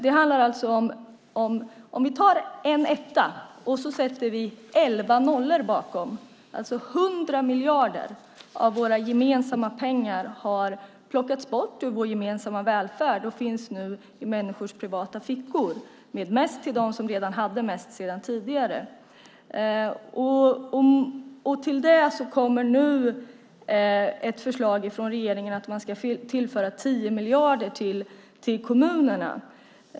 Om vi tar en etta och sätter elva nollor efter den får vi 100 miljarder. Det är 100 miljarder av våra gemensamma pengar som har plockats bort från vår gemensamma välfärd och nu finns i människors privata fickor - mest hos dem som redan hade mest sedan tidigare. Till detta kommer nu ett förslag från regeringen att man ska tillföra 10 miljarder till kommunerna.